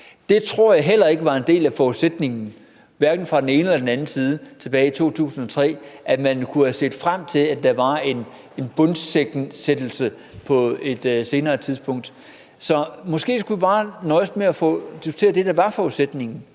Det tror jeg heller ikke var en del af forudsætningen, hverken fra den ene eller fra den anden side, tilbage i 2003, altså at man kunne forudse, at der var en bundsætning på et senere tidspunkt. Så måske skulle vi bare nøjes med at diskutere det, der var forudsætningen: